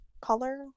color